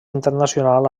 internacional